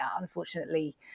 unfortunately